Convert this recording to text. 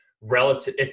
relative